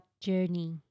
journey